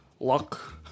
luck